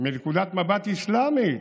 מנקודת מבט אסלאמית,